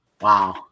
Wow